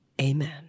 Amen